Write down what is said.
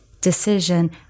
decision